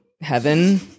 heaven